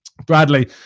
Bradley